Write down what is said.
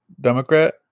democrat